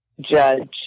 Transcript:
judge